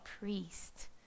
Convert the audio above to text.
priest